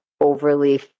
overly